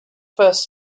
first